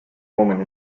woman